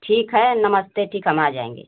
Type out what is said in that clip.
ठीक है नमस्ते ठीक है हम आ जाएँगे